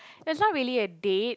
that's not really a date